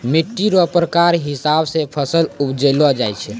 मिट्टी रो प्रकार हिसाब से फसल उपजैलो जाय छै